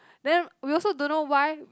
then we also don't know why